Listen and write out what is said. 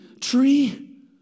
tree